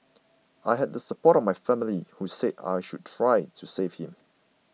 I had the support of my family who said I should try to save him